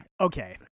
Okay